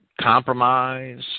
compromise